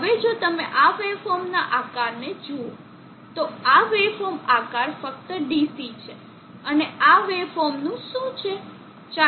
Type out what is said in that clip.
હવે જો તમે આ વેવફોર્મના આકારને જુઓ તો આ વેવફોર્મ આકાર ફક્ત DC છે અને આ વેવફોર્મ નું શું છે